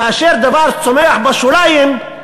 כאשר דבר צומח בשוליים,